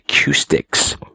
acoustics